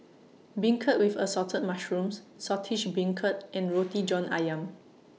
Beancurd with Assorted Mushrooms Saltish Beancurd and Roti John Ayam